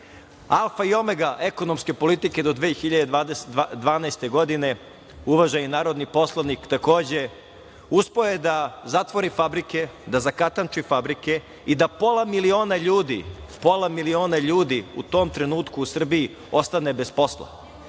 Alfa i omega ekonomske politike do 2012. godine, uvaženi narodni poslanik, takođe uspeo je da zatvori fabrike, da zakatanči fabrike i da pola miliona ljudi u tom trenutku u Srbiji ostane bez